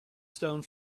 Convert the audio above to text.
stone